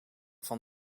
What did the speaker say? van